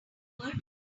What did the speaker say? awkward